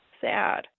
sad